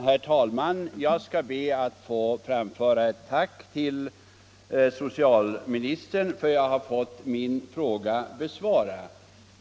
Herr talman! Jag skall be att få framföra ett tack till socialministern för att jag har fått min fråga besvarad.